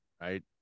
right